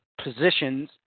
positions